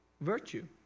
virtue